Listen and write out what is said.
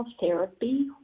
therapy